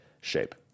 shape